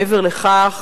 מעבר לכך,